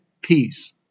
peace